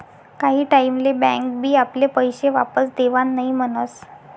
काही टाईम ले बँक बी आपले पैशे वापस देवान नई म्हनस